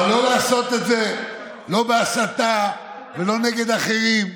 אבל לא לעשות את זה לא בהסתה ולא נגד אחרים.